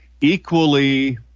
equally